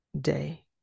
day